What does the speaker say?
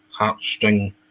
heartstring